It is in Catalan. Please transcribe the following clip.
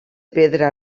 pedra